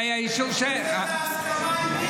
אבל זה היה אישור, זו הסכמה עם ביטן.